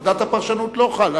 פקודת הפרשנות לא חלה,